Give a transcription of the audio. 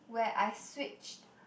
where I switched